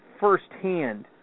firsthand